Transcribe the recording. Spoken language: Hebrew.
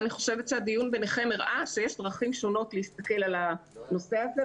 אני חושבת שהדיון ביניכם הראה שיש דרכים שונות להסתכל על הנושא הזה,